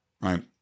Right